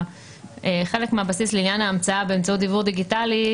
חלק מהבסיס לעניין ההמצאה באמצעות דיוור דיגיטלי,